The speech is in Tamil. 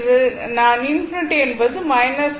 அது நான் ∞ என்பது 1